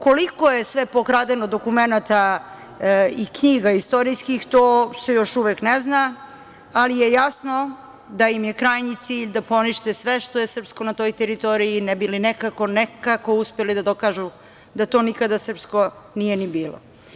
Koliko je sve pokradeno dokumenata i knjiga istorijskih to se još uvek ne zna, ali je jasno da im je krajnji cilj da ponište sve što je srpsko na toj teritoriji, ne bi li nekako uspeli da dokažu da to nikada srpsko nije ni bilo.